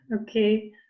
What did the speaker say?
Okay